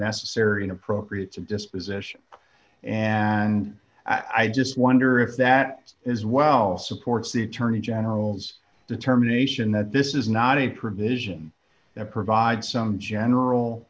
necessary and appropriate to disposition and i just wonder if that as well supports the attorney general's determination that this is not a provision that provides some general